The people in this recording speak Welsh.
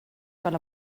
fel